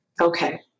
Okay